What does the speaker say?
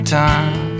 time